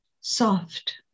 soft